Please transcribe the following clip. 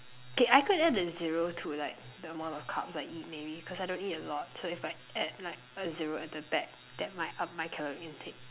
K I could add a zero to like the amount of carbs I eat maybe cause I don't eat a lot so if I add like a zero at the back that might up my calorie intake